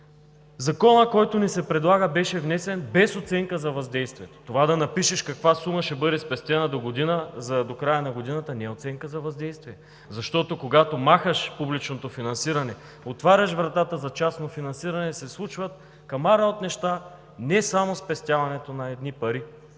Законът, който ни се предлага, беше внесен без оценка за въздействието. Това – да напишеш каква сума ще бъде спестена до края на годината, не е оценка за въздействие, защото, когато махаш публичното финансиране, отваряш вратата за частно финансиране, случват се камара от неща и не е само спестяването на едни пари.